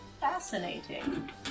Fascinating